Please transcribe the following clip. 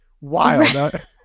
Wild